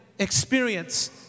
Experience